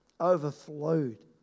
overflowed